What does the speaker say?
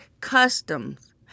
customs